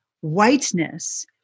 whiteness